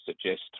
suggest